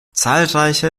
zahlreiche